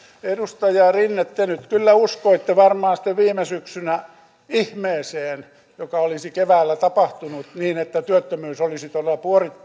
edustaja rinne te nyt kyllä uskoitte varmaan sitten viime syksynä ihmeeseen joka olisi keväällä tapahtunut niin että työttömyys olisi todella